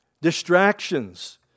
distractions